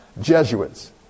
Jesuits